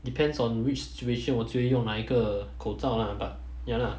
depends on which situation 我就会用哪一个口罩 lah but ya lah